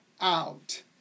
out